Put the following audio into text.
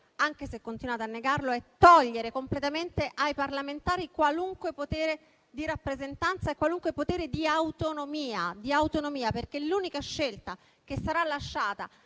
anche se continuate a negarlo, è togliere completamente ai parlamentari qualunque potere di rappresentanza e di autonomia. L'unica scelta che sarà lasciata